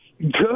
Good